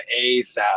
ASAP